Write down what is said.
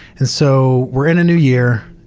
and so we're in a new year.